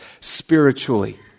spiritually